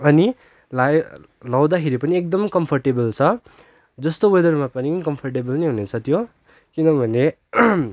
अनि लगाएँ लगाउँदाखेरि पनि एकदम कम्फर्टेबल छ जस्तो वेदरमा पनि कम्फर्टेबल नै हुने त्यो किन भने